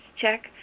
check